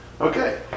Okay